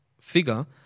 figure